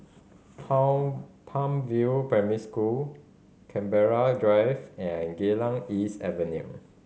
Palm View Primary School Canberra Drive and Geylang East Avenue